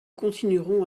continuerons